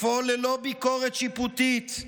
לפעול ללא ביקורת שיפוטית,